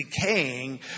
decaying